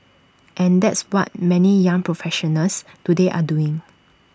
and that's what many young professionals today are doing